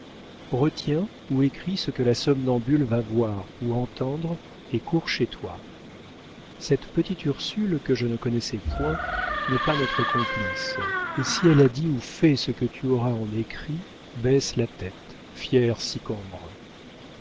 retiens ou écris ce que la somnambule va voir ou entendre et cours chez toi cette petite ursule que je ne connaissais point n'est pas notre complice et si elle a dit ou fait ce que tu auras en écrit baisse la tête fier